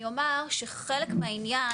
אני אומר שחלק מהעניין,